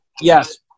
Yes